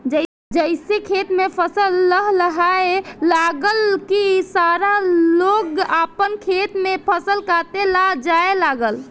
जइसे खेत में फसल लहलहाए लागल की सारा लोग आपन खेत में फसल काटे ला जाए लागल